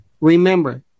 Remember